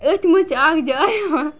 أتھۍ منٛز چھِ اکھ جاے اکھ